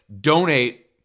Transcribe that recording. donate